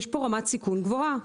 יש כאן רמת סיכון גבוהה.